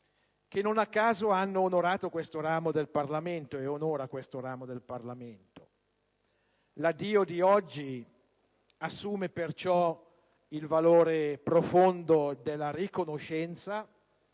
che non a caso hanno onorato, e la prima onora tuttora, questo ramo del Parlamento. L'addio di oggi assume perciò il valore profondo della riconoscenza